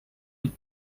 amb